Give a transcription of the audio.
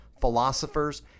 philosophers